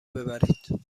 ببرید